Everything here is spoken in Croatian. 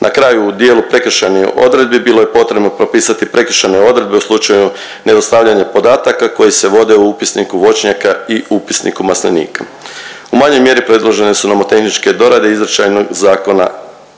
Na kraju u dijelu prekršajnih odredbi bilo je potrebno propisati prekršajne odredbe u slučaju nedostavljanja podataka koji se vode u upisniku voćnjaka i upisniku maslinika. U manjoj mjeri predložene su nomotehničke dorade izričajnog zakonskog